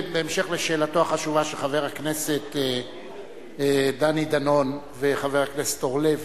בהמשך לשאלה החשובה של חבר הכנסת דני דנון וחבר הכנסת אורלב